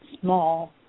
small